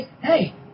hey